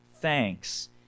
thanks